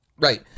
Right